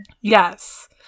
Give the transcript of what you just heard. Yes